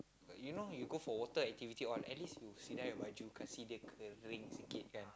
you know you go for water activity all at least you sidai your baju kasih dia kering sikit kan